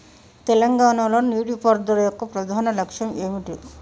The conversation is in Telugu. తెలంగాణ లో నీటిపారుదల యొక్క ప్రధాన లక్ష్యం ఏమిటి?